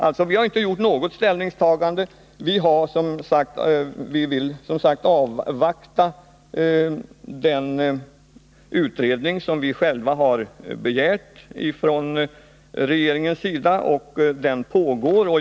Vi har alltså inte gjort något ställningstagande utan vill som sagt avvakta den utredning som vi själva har begärt av regeringen och som pågår.